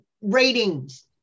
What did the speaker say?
ratings